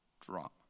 drop